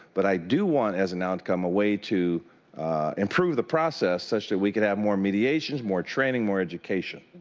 but, i do want as an outcome a way to improve the process such that we could have more mediations, more training, more education.